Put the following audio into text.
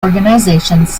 organizations